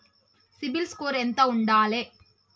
CIBIL score ఎంత ఉండాలే?